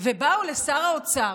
ובאו לשר האוצר.